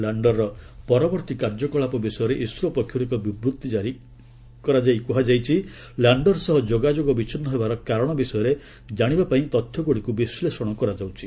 ଲ୍ୟାଶ୍ଡର୍ର ପରବର୍ତ୍ତୀ କାର୍ଯ୍ୟକଳାପ ବିଷୟରେ ଇସ୍ରୋ ପକ୍ଷର୍ ଏକ ବିବୃତ୍ତି ଜାରି କରାଯାଇ କୃହାଯାଇଛି ଲ୍ୟାଣ୍ଡର୍ ସହ ଯୋଗାଯୋଗ ବିଚ୍ଛିନ୍ ହେବାର କାରଣ ବିଷୟରେ ଜାଣିବାପାଇଁ ତଥ୍ୟଗ୍ରଡ଼ିକ୍ ବିଶ୍ରେଷଣ କରାଯାଉଛି